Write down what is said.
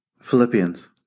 Philippians